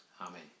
Amen